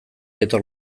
etor